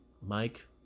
Mike